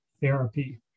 therapy